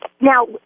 now